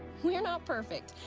we're not perfect,